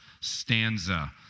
stanza